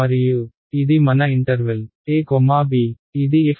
మరియు ఇది మన ఇంటర్వెల్ ab ఇది f